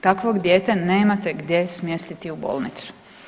Takvog dijete nemate gdje smjestiti u bolnicu.